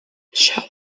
shall